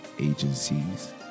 agencies